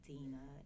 Dina